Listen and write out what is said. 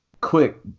quick